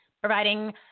Providing